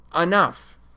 Enough